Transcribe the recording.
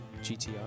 GTR